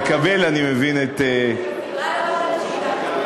אני מסבירה לו מה זה הצמדה.